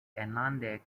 enlande